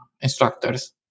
instructors